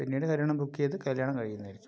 പിന്നീട് ബുക്കെയ്ത് കല്യാണം കഴിയുന്നതായിരിക്കും